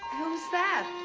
who's that?